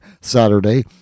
saturday